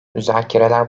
müzakereler